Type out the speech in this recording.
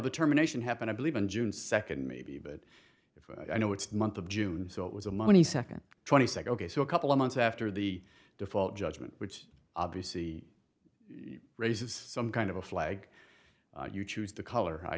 the terminations happened i believe in june second maybe but if i know it's the month of june so it was a money second twenty sec ok so a couple of months after the default judgment which obviously raises some kind of a flag you choose the color i